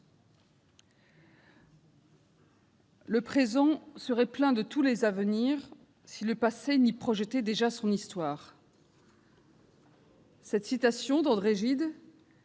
le présent serait plein de tous les avenirs si le passé n'y projetait déjà une histoire ». Cette citation d'André Gide